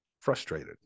frustrated